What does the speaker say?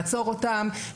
לעצור אותם,